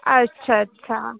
अच्छा अच्छा